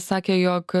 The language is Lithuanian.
sakė jog